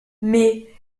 mais